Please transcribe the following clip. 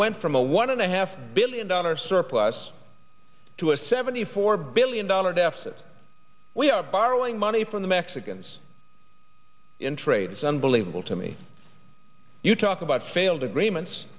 went from a one and a half billion dollar surplus to a seventy four billion dollar deficit we are borrowing money from the mexicans in trade it's unbelievable to me you talk about failed agreements